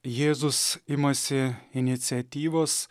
jėzus imasi iniciatyvos